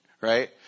right